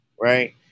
right